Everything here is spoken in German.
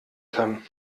kann